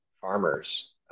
farmers